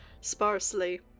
sparsely